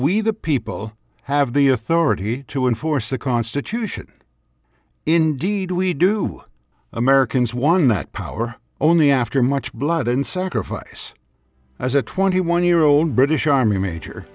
we the people have the authority to enforce the constitution indeed we do americans won that power only after much blood and sacrifice as a twenty one year old british army major